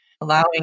allowing